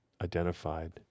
identified